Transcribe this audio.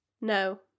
No